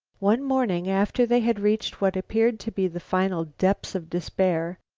one morning, after they had reached what appeared to be the final depths of despair,